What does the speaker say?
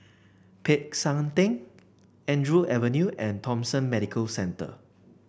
Peck San Theng Andrew Avenue and Thomson Medical Centre